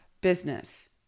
business